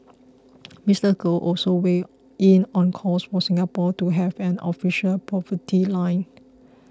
Mister Goh also weighed in on calls for Singapore to have an official poverty line